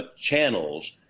channels